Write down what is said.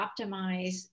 optimize